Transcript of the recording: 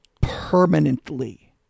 permanently